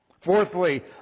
Fourthly